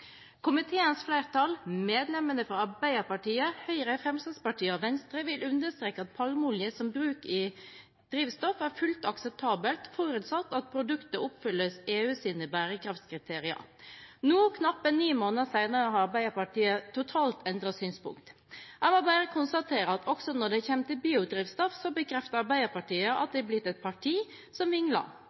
flertall, medlemmene fra Arbeiderpartiet, Høyre, Fremskrittspartiet og Venstre, vil understreke at palmeolje som bruk i drivstoff er fullt akseptabelt, forutsatt at produktet oppfyller EUs bærekraftskriterier.» Nå, knappe ni måneder senere, har Arbeiderpartiet totalt endret synspunkt. Jeg må bare konstatere at også når det kommer til biodrivstoff, bekrefter Arbeiderpartiet at de er blitt et parti som